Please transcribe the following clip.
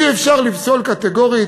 אי-אפשר לפסול קטגורית.